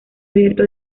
abierto